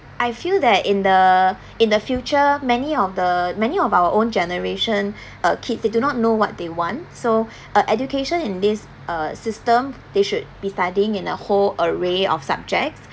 I feel that in the in the future many of the many of our own generation uh kids they do not know what they want so uh education in this uh system they should be studying in a whole array of subjects